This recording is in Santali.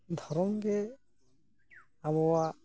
ᱫᱷᱚᱨᱚᱢ ᱜᱮ ᱟᱵᱚᱣᱟᱜ